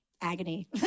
agony